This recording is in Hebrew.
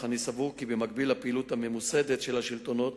אך אני סבור כי במקביל לפעילות הממוסדת של השלטונות